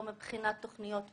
לא מבחינת תוכניות בידור,